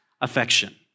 affection